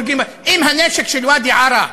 אם הנשק של ואדי-ערה,